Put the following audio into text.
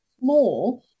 more